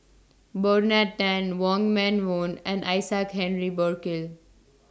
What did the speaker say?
Bernard Tan Wong Meng Voon and Isaac Henry Burkill